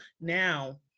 now